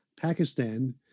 Pakistan